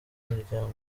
imiryango